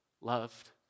loved